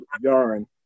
yarn